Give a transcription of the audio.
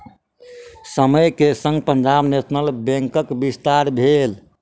समय के संग पंजाब नेशनल बैंकक विस्तार भेल